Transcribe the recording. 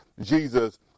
Jesus